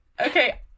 okay